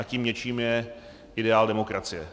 Tím něčím je ideál demokracie.